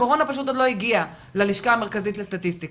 הקורונה פשוט עוד לא הגיעה ללשכה המרכזית לסטטיסטיקה.